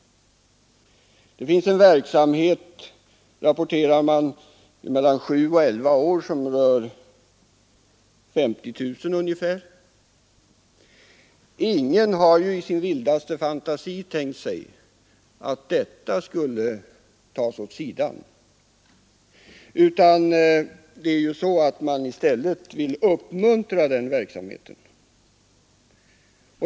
Man rapporterar vidare att det bedrivs verksamhet bland barn mellan sju och elva år som når ungefär 50 000 barn. Ingen har i sin vildaste fantasi tänkt sig att detta skulle tas åt sidan, utan man vill ständigt uppmuntra den verksamheten.